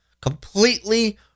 completely